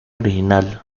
original